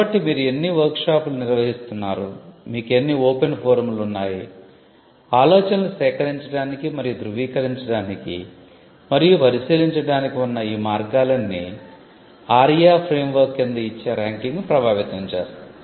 కాబట్టి మీరు ఎన్ని వర్క్ షాపులు నిర్వహిస్తున్నారు మీకు ఎన్ని ఓపెన్ ఫోరమ్లు ఉన్నాయి ఆలోచనలు సేకరించడానికి మరియు ధృవీకరించడానికి మరియు పరిశీలించడానికి ఉన్న ఈ మార్గాలన్నీ ARIIA ఫ్రేమ్వర్క్ కింద ఇచ్చే ర్యాంకింగ్ను ప్రభావితం చేస్తాయి